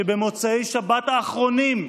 שבמוצאי שבת האחרונים,